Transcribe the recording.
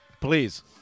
Please